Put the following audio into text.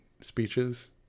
speeches